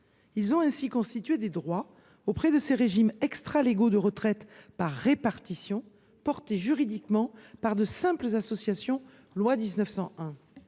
Ils ont ainsi constitué des droits auprès de ces régimes extra légaux de retraite par répartition, portés juridiquement par de simples associations de loi 1901.